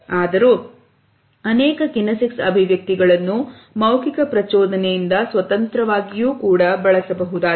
ಆದರೂ ಅನೇಕ ಕಿನೆಸಿಕ್ಸ್ ಅಭಿವ್ಯಕ್ತಿಗಳನ್ನು ಮೌಖಿಕ ಪ್ರಚೋದನೆಯಿಂದ ಸ್ವತಂತ್ರವಾಗಿಯೂ ಕೂಡ ಬಳಸಬಹುದಾಗಿದೆ